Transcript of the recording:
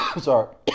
Sorry